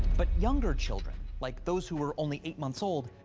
but younger children, like those who were only eight months old,